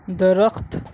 درخت